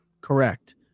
Correct